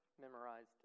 memorized